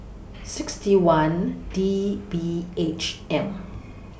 sixty one D B H M